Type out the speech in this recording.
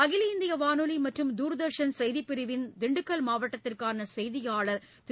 அகில இந்திய வானொலி மற்றும் தூர்தர்ஷன் செய்திப்பிரிவின் திண்டுக்கல் மாவட்டத்திற்கான செய்தியாளர் திரு